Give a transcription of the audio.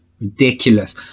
ridiculous